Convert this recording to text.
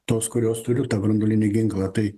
tos kurios turi tą branduolinį ginklą tai